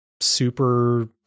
super